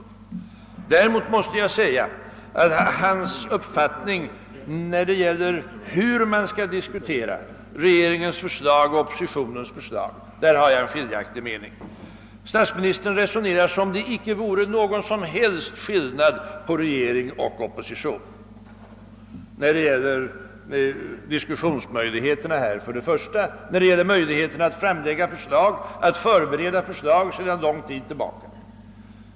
Däremot har jag skiljaktig mening när det gäller hur man i en remissdebatt skall diskutera regeringens förslag och oppositionens förslag. Statsministern resonerar som om det icke vore någon som helst skillnad på regering och opposition, när det gäller diskussionsmöjligheterna och möjligheterna att förbereda och framlägga förslag.